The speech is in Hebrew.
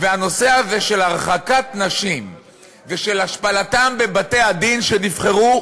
והנושא הזה של הרחקת נשים ושל השפלתן בבתי-הדין שנבחרו,